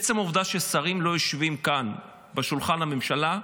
עצם העובדה ששרים לא יושבים כאן בשולחן הממשלה,